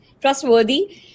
trustworthy